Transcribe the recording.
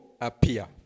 appear